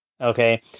Okay